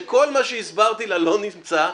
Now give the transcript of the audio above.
שכל מה שהסברתי לה לא נמצא,